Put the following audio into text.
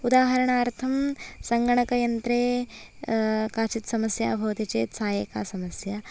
उदाहरणार्थं सङ्गणकयन्त्रे काचित् समस्या भवति चेत् सा एका समस्या